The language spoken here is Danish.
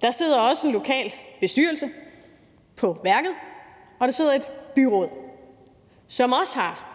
Der sidder også en lokal bestyrelse på værket, og der sidder et byråd, som også har